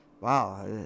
wow